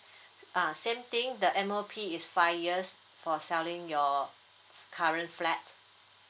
ah same thing the M_O_P is five years for selling your f~ current flat